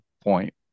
point